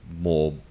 more